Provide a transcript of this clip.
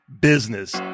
business